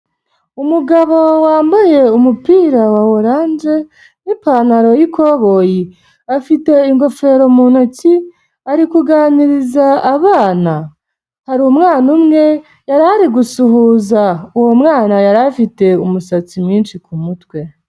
Umugabo wambaye umupira wa oranje n'ipantaro y'ikoboyi, afite ingofero mu ntoki, ari kuganiriza abana. Hari umwana umwe yari ari gusuhuza, uwo mwana yari afite umusatsi mwinshi ku mutwe.